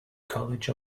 college